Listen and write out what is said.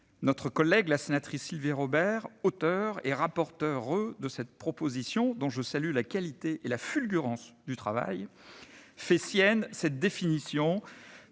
Notre collègue Sylvie Robert, auteure et rapporteure de cette proposition, dont je salue la qualité et la fulgurance du travail, fait sienne cette définition